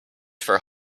for